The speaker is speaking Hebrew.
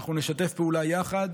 אנחנו נשתף פעולה יחד.